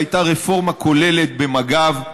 הייתה רפורמה כוללת במג"ב,